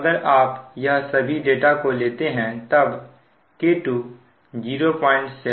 अगर आप यह सभी डाटा को लेते हैं तब K2 07है